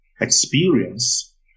experience